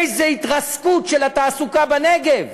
איזו התרסקות של התעסוקה בנגב,